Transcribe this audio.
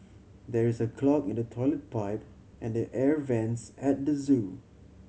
there is a clog in the toilet pipe and the air vents at the zoo